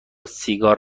سیگار